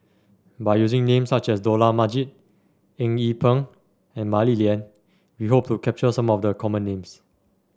by using names such as Dollah Majid Eng Yee Peng and Mah Li Lian we hope to capture some of the common names